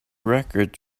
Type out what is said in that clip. records